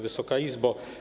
Wysoka Izbo!